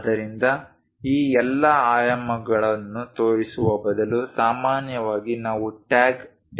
ಆದ್ದರಿಂದ ಈ ಎಲ್ಲಾ ಆಯಾಮಗಳನ್ನು ತೋರಿಸುವ ಬದಲು ಸಾಮಾನ್ಯವಾಗಿ ನಾವು ಟ್ಯಾಗ್ ಟೇಬಲ್ನನ್ನು ಬಳಸುತ್ತೇವೆ